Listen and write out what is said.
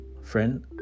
Friend